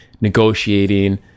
negotiating